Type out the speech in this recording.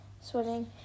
swimming